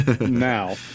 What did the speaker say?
now